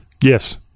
Yes